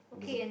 and there's a